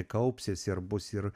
kaupsis ir bus ir